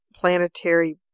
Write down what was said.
planetary